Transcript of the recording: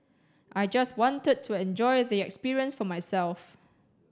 I just wanted to enjoy the experience for myself